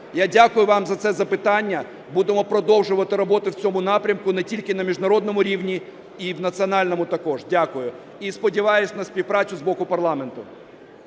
Я дякую вам за це запитання. Будемо продовжувати роботу в цьому напрямку не тільки на міжнародному рівні і в національному також. Дякую. І сподіваюсь, на співпрацю з боку парламенту.